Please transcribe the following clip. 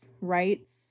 rights